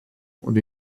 und